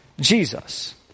Jesus